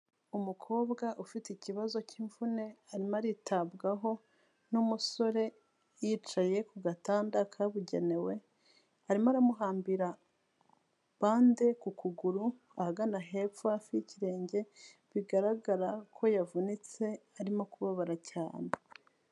Umukobwa ufite ikibazo cy'imvune arimo aritabwaho n'umusore yicaye ku gatanda kabugenewe, arimo aramuhambira bande ku kuguru ahagana hepfo hafi y'ikirenge bigaragara ko yavunitse arimo kubabara cyane.